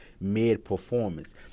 mid-performance